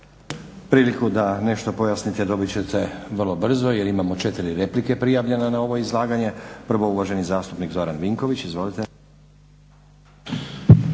Priliku da nešto pojasnite dobit ćete vrlo brzo jer imamo 4 replike prijavljene na ovo izlaganje. Prvo uvaženi zastupnik Zoran Vinković. Izvolite.